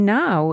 now